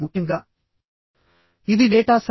ఈ కేసు లో 3 ఉన్నాయి